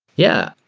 yeah.